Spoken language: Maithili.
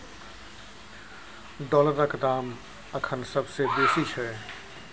डॉलरक दाम अखन सबसे बेसी छै